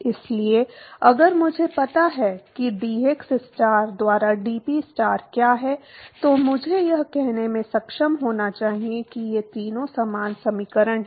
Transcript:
इसलिए अगर मुझे पता है कि dxstar द्वारा dPstar क्या है तो मुझे यह कहने में सक्षम होना चाहिए कि ये तीनों समान समीकरण हैं